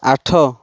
ଆଠ